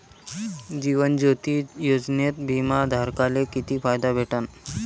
जीवन ज्योती योजनेत बिमा धारकाले किती फायदा भेटन?